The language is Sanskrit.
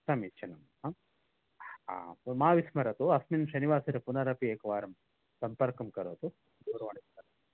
समीचीनम् आ मा विस्मरतु अस्मिन् शनिवासरे पुनरपि एकवारं सम्पर्कं करोतु दूरवाणीं करोतु